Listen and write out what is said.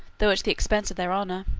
though at the expense of their honor.